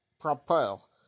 Propel